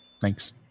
Thanks